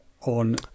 on